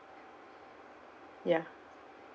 ya